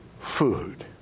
food